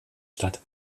statt